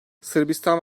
sırbistan